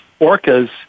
orcas